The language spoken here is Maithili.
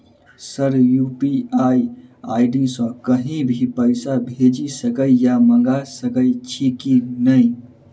सर यु.पी.आई आई.डी सँ कहि भी पैसा भेजि सकै या मंगा सकै छी की न ई?